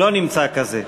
לא נמצא כזה.